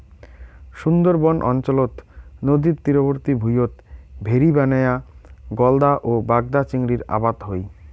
সুন্দরবন অঞ্চলত নদীর তীরবর্তী ভুঁইয়ত ভেরি বানেয়া গলদা ও বাগদা চিংড়ির আবাদ হই